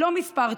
לא מספר,